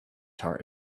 tart